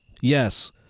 Yes